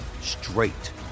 straight